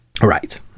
Right